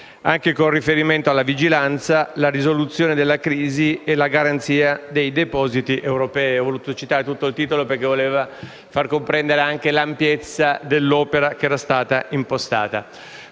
anche con riferimento alla vigilanza, la risoluzione della crisi e la garanzia dei depositi europei.